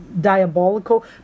diabolical